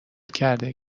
کرده